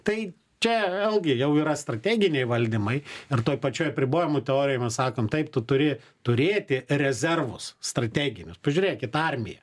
tai čia vėlgi jau yra strateginiai valdymai ir toj pačioj apribojimų teorijoj mes sakom taip tu turi turėti rezervus strateginius pažiūrėkit armija